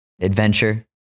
adventure